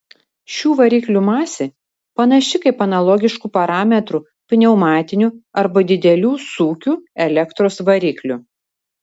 šių variklių masė panaši kaip analogiškų parametrų pneumatinių arba didelių sūkių elektros variklių